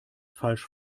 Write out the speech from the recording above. falsch